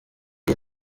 iyi